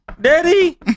Daddy